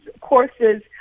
courses